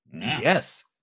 yes